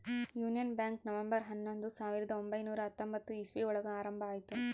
union bank November ಹನ್ನೊಂದು ಸಾವಿರದ ಒಂಬೈನುರ ಹತ್ತೊಂಬತ್ತು ಇಸ್ವಿ ಒಳಗ ಆರಂಭ ಆಯ್ತು